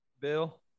Bill